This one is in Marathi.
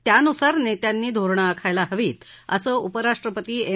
त्यानुसार नेत्यांनी धोरणं आखायला हवीत असं उपराष्ट्रपती एम